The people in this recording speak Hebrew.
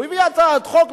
הוא הביא הצעת חוק,